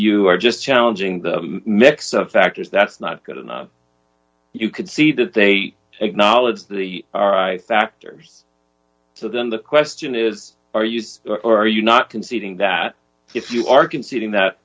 you are just challenging the mix of factors that's not good enough you could see that they acknowledged the factors so then the question is are you or are you not conceding that if you are conceding that